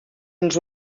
ens